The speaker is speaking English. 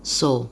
seoul